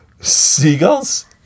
Seagulls